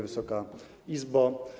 Wysoka Izbo!